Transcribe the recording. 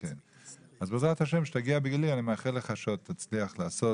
אז בעזרת השם אני מאחל לך שכשתגיע לגילי,